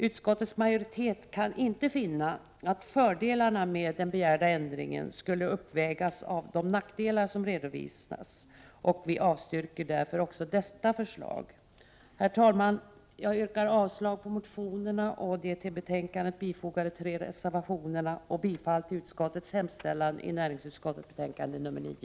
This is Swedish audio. Utskottets majoritet kan inte finna att fördelarna med den begärda ändringen skulle uppvägas av de nackdelar som redovisas, och vi avstyrker därför också detta förslag. Herr talman! Jag yrkar avslag på motionerna och på de till betänkandet fogade tre reservationerna och bifall till näringsutskottets hemställan i betänkande nr 9.